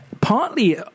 Partly